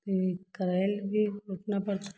फिर करेल भी रोपना पड़ता है